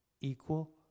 Equal